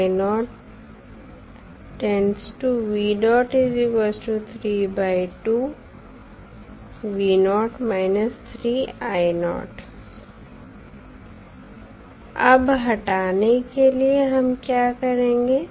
अब हटाने के लिए हम क्या करेंगे